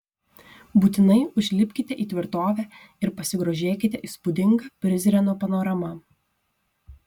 būtinai užlipkite į tvirtovę ir pasigrožėkite įspūdinga prizreno panorama